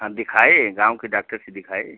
हाँ दिखाए गाँव के डाक्टर से दिखाए